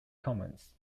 commons